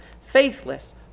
faithless